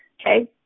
Okay